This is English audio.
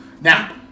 Now